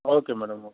okay madam okay